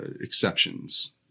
exceptions